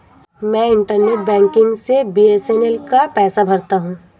मैं internet banking से BSNL का पैसा भरता हूं